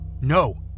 No